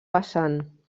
vessant